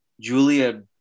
Julia